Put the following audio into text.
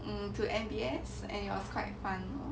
to M_B_S and it was quite fun lor